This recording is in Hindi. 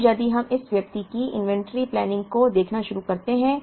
अब यदि हम इस व्यक्ति की इन्वेंट्री प्लानिंग को देखना शुरू करते हैं